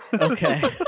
okay